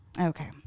Okay